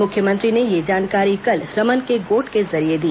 मुख्यमंत्री ने यह जानकारी कल रमन के गोठ के जरिये दी